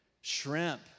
Shrimp